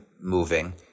moving